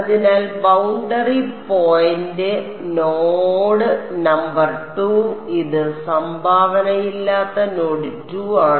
അതിനാൽ boundary point node number 2 ഇത് സംഭാവനയില്ലാത്ത നോഡ് 2 ആണ്